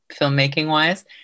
filmmaking-wise